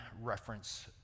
reference